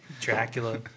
Dracula